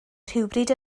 rhywbryd